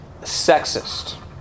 sexist